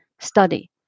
study